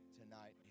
tonight